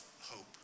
hope